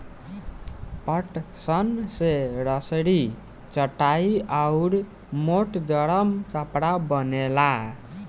पटसन से रसरी, चटाई आउर मोट गरम कपड़ा बनेला